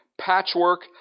Patchwork